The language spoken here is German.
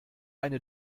eine